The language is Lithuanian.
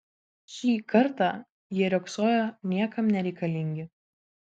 šį kartą jie riogsojo niekam nereikalingi